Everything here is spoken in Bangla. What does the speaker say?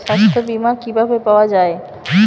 সাস্থ্য বিমা কি ভাবে পাওয়া যায়?